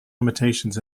limitations